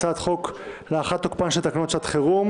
הצעת חוק להארכת תוקפן של שעת חירום